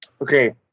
Okay